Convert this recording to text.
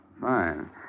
Fine